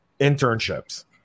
internships